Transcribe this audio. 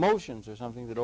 emotions or something that